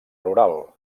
rural